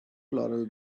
floral